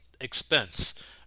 expense